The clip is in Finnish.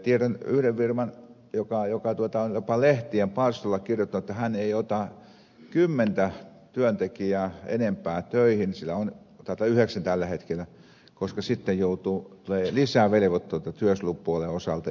tiedän yhden firman joka on jopa lehtien palstoilla kirjoittanut jotta se ei ota kymmentä työntekijää enempää töihin sillä on yhdeksän tällä hetkellä koska sitten tulee lisää velvoitteita työsuojelupuolen osalta